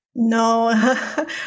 No